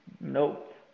Nope